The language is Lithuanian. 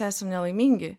esam nelaimingi